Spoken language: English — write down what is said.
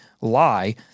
lie